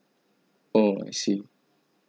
oh I see